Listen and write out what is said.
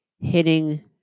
hitting